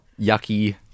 yucky